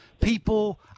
People